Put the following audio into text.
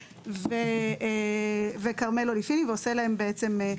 אם אני אסכם את הדברים,